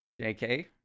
JK